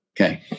Okay